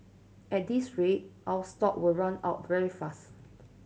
at this rate our stock will run out very fast